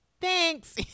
Thanks